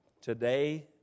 Today